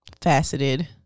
faceted